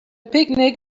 picnic